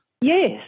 Yes